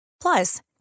Plus